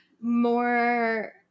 more